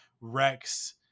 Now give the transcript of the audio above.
Rex